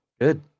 Good